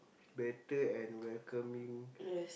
better and welcoming